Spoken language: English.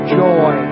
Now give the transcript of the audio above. joy